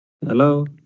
Hello